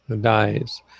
dies